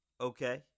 Okay